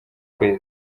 kwezi